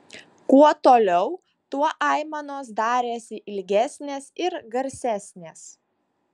kuo toliau tuo aimanos darėsi ilgesnės ir garsesnės